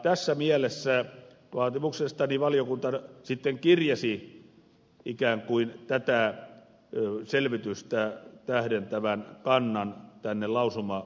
tässä mielessä valiokunta sitten vaatimuksestani kirjasi tätä selvitystä tähdentävän kannan tänne lausumaehdotuksiin